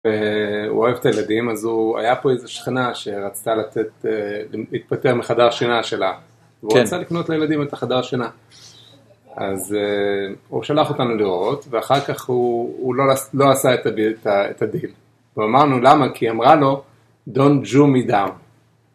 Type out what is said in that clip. הוא אוהב את הילדים אז הוא, היה פה איזה שכנה שרצתה לתת, להתפטר מחדר שינה שלה והוא רצה לקנות לילדים את החדר השינה אז הוא שלח אותנו לראות ואחר כך הוא לא עשה את הדיל ואמרנו למה כי אמרה לו Don't Jew me down